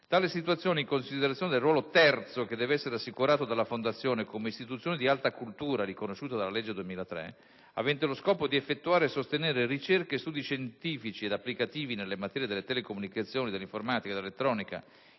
Tale situazione, in considerazione del ruolo terzo che deve essere assicurato dalla Fondazione come istituzione di alta cultura riconosciuta dalla legge 16 gennaio 2003, n. 3, avente lo scopo di effettuare e sostenere ricerche e studi scientifici ed applicativi nelle materie delle telecomunicazioni, dell'informatica, dell'elettronica